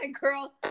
girl